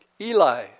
Eli